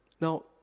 Now